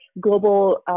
global